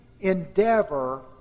endeavor